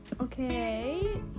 okay